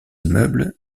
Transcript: immeubles